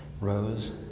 rose